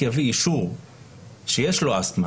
יביא אישור שיש לו אסתמה,